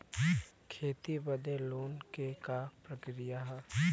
खेती बदे लोन के का प्रक्रिया ह?